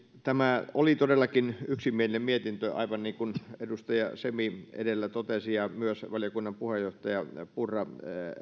tämä oli todellakin yksimielinen mietintö aivan niin kuin edustaja semi edellä totesi ja myös valiokunnan puheenjohtaja purra